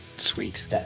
Sweet